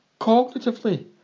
cognitively